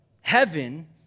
Heaven